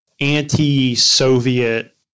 anti-Soviet